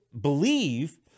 believe